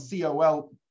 COL